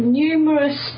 numerous